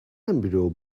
embryo